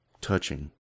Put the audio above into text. touching